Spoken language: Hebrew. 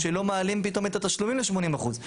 שלא מעלים פתאום את התשלומים ל-80%.